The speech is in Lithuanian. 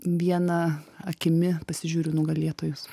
viena akimi pasižiūriu nugalėtojus